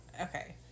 Okay